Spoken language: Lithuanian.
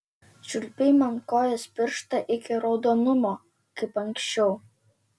čiulpei man kojos pirštą iki raudonumo kaip anksčiau